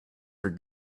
for